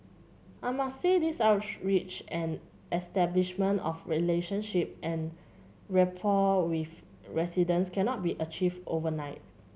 I must say these outreach and establishment of relationship and rapport with residents cannot be achieved overnight